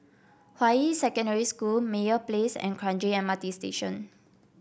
Hua Yi Secondary School Meyer Place and Kranji M R T Station